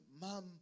mom